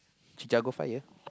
Chicago Fire